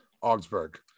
Augsburg